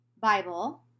Bible